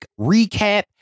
Recap